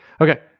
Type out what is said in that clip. Okay